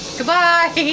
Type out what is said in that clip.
Goodbye